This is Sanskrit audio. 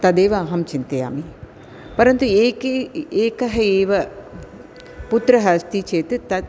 तदेव अहं चिन्तयामि परन्तु एकः एकः एव पुत्रः अस्ति चेत् तद्